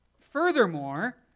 Furthermore